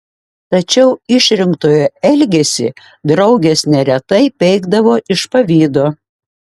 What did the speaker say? tačiau išrinktojo elgesį draugės neretai peikdavo iš pavydo